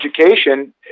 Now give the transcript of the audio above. education